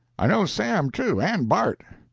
i know sam, too, and bart.